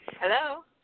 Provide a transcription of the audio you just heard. Hello